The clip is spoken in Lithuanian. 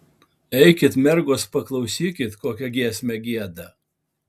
eikit mergos paklausykit kokią giesmę gieda